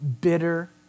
bitter